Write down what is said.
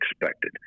expected